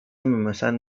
memesan